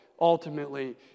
ultimately